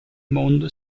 mondo